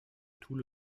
tout